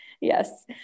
Yes